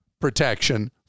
protection